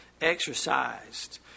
exercised